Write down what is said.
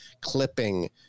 clipping